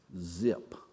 Zip